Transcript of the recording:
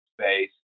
space